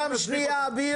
שנייה.